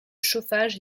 chauffage